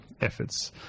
efforts